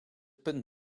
punt